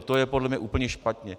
To je podle mě úplně špatně.